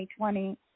2020